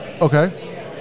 okay